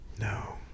no